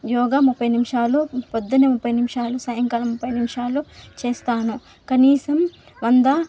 యోగా ముప్పై నిమిషాలు పొద్దునే ముప్పై నిమిషాలు సాయంకాలం ముప్పై నిమిషాలు చేస్తాను కనీసం వంద